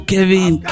Kevin